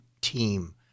team